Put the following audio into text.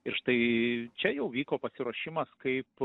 ir štai čia jau vyko pasiruošimas kaip